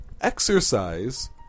Exercise